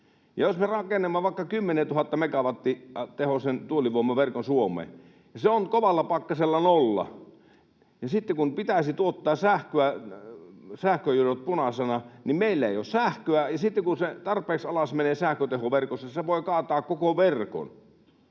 Jos me rakennamme vaikka 10 000 megawattitehoisen tuulivoimaverkon Suomeen, niin se on kovalla pakkasella nolla, ja sitten kun pitäisi tuottaa sähköä sähköjohdot punaisena, niin meillä ei ole sähköä, ja sitten kun tarpeeksi alas menee sähköteho verkossa, niin se voi kaataa koko verkon.